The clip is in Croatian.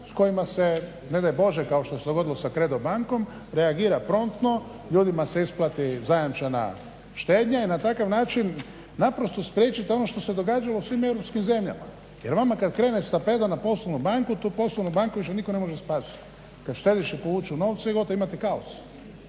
s kojima se ne daj Bože kao što se dogodilo sa Credo bankom reagira promptno, ljudima se isplati zajamčena štednja i na takav način naprosto spriječiti ono što se događalo u svim europskim zemljama. Jer vama kada krene stampedo na poslovnu banku tu poslovnu banku više nitko ne može spasiti, kada štediše povuču novce gotovo imate kaos.